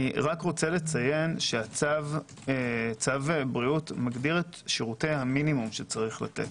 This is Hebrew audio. אני רוצה לציין שצו בריאות מגדיר את שירותי המינימום שצריך לתת.